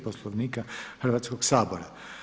Poslovnika Hrvatskog sabora.